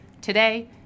Today